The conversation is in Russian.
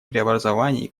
преобразований